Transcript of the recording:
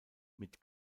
mit